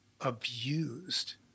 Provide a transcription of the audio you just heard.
abused